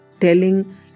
telling